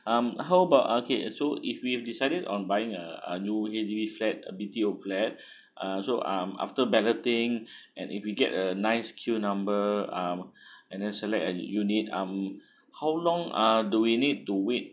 um how about uh okay so if we decided on buying a a new H_D_B flat a B_T_O flat uh so um after balloting and if we get a nice queue number uh and then select an unit um how long uh do we need to wait